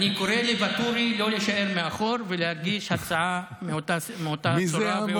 אני קורא לואטורי לא להישאר מאחור ולהגיש הצעה באותה צורה ובאותו סגנון.